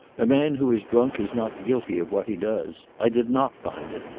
a man who is drunk is not guilty of what he does. i did not find it.